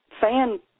fan